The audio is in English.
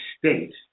state